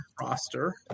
roster